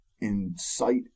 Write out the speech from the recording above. incite